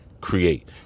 create